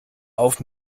auf